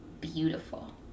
beautiful